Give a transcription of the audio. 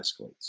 escalates